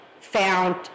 found